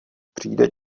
přijde